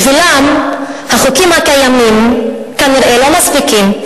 בשבילם החוקים הקיימים כנראה לא מספיקים.